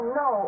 no